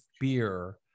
beer